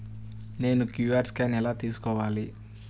నేను QR scan ఎలా తీసుకోవాలి?